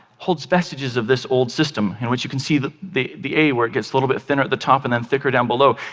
holds vestiges of this old system in which you can see the the a where it get little bit thinner at the top and and thicker down below,